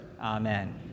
Amen